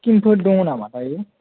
चिकिमफोर दङ' नामाथाय